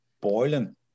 boiling